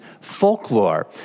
folklore